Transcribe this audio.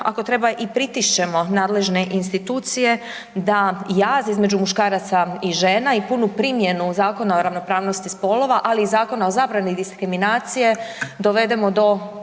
ako treba pritišćemo nadležne institucije da jaz između muškaraca i žena i punu primjenu Zakona o ravnopravnosti spolova, ali i Zakona o zabrani diskriminacije dovedemo do